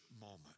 moment